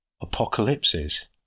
apocalypses